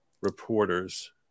reporters